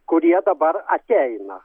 kurie dabar ateina